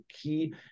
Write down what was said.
key